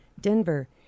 Denver